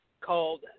called